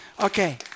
Okay